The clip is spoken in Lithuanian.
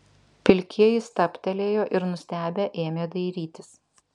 pilkieji stabtelėjo ir nustebę ėmė dairytis